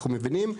אנחנו מבינים.